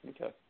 Okay